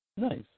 Nice